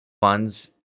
funds